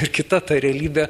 ir kita ta realybė